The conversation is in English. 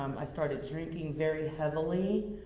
um i started drinking very heavily,